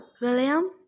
William